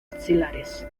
axilares